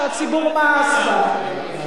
שהציבור מאס בה.